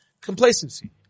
complacency